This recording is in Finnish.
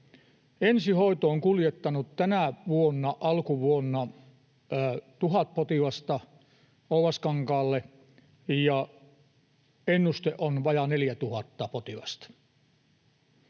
Ensihoito on kuljettanut tänä vuonna alkuvuonna tuhat potilasta Oulaskankaalle, ja ennuste on vajaa 4 000 potilasta.